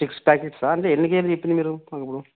six పాకెట్సా అంటే ఎన్ని కేజీ చెప్పారు మీరు